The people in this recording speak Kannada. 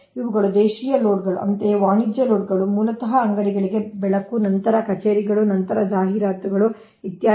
ಇವುಗಳು ದೇಶೀಯ ಲೋಡ್ಗಳು ಅಂತೆಯೇ ವಾಣಿಜ್ಯ ಲೋಡ್ಗಳು ಮೂಲತಃ ಅಂಗಡಿಗಳಿಗೆ ಬೆಳಕು ನಂತರ ಕಚೇರಿಗಳು ನಂತರ ಜಾಹೀರಾತುಗಳು ಇತ್ಯಾದಿ